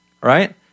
right